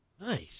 Nice